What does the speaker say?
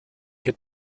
had